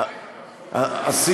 חודשיים,